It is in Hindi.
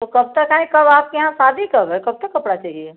वह कब तक आए कब आपके यहाँ शादी कब है कब तक कपड़ा चाहिए